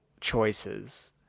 choices